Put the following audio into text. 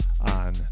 on